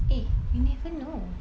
eh you never know